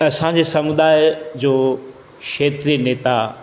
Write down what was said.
असांजे समुदाय जो खेत्रीय नेता